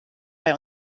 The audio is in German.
bei